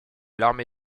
larmes